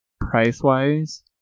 price-wise